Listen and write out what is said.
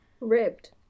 ribbed